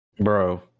bro